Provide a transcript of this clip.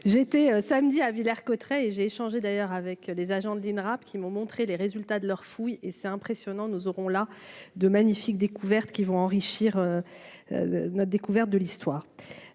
été samedi à Villers-Cotterêts. Après j'ai changé d'ailleurs avec les agents de l'Inrap qui m'ont montré les résultats de leurs fouilles et c'est impressionnant, nous aurons là de magnifiques découvertes qui vont enrichir notre découverte de l'histoire